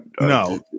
no